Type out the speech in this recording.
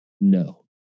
no